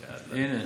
הינה,